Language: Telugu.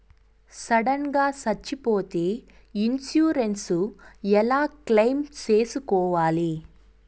సడన్ గా సచ్చిపోతే ఇన్సూరెన్సు ఎలా క్లెయిమ్ సేసుకోవాలి?